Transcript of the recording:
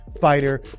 fighter